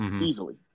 easily